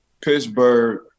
Pittsburgh